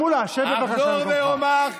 רק שנייה, עכשיו הזמן של הממשלה להשיב.